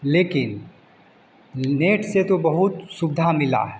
लेकिन नेट से तो बहुत सुविधा मिला है